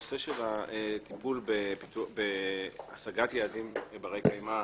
הנושא של הטיפול בהשגת היעדים ברי קיימא,